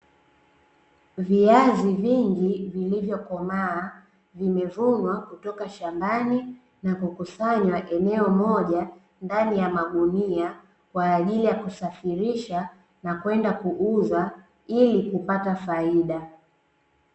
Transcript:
Viazi vingi vilivyo komaa vimevunwa kutoka shambani na kukusanywa eneo moja ndani ya magunia kwa ajili ya kusafirisha na kwenda kuuza ili kupata faida.